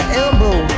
elbow